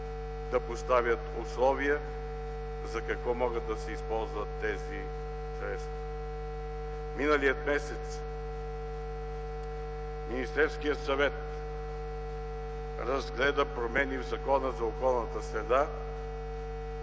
да поставят условия за какво могат да се използват тези средства. Миналия месец Министерският съвет разгледа промени в Закона за околната среда